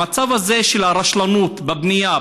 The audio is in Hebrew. המצב הזה של הרשלנות בבנייה,